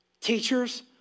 Teachers